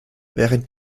während